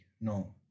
No